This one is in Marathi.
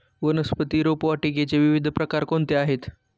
वनस्पती रोपवाटिकेचे विविध प्रकार कोणते आहेत?